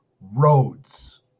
roads